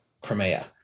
Crimea